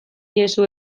diezu